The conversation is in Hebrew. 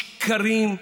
שקרים,